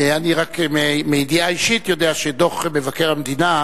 אני רק מידיעה אישית יודע שדוח מבקר המדינה,